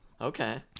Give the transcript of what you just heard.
Okay